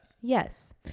Yes